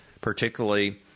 particularly